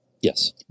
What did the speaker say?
Yes